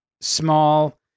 small